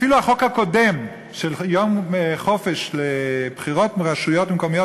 אפילו החוק הקודם של יום חופש בבחירות לרשויות המקומיות,